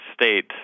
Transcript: State